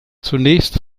zunächst